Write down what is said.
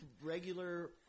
regular